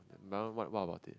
what what about it